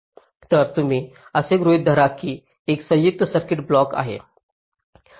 तर तुम्ही असे गृहीत धरा की हा एक संयुक्त सर्किट ब्लॉक आहे